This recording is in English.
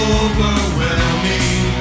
overwhelming